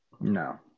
No